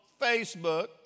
Facebook